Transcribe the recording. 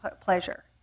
pleasure